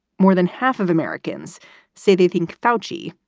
more than half of americans say they think foushee,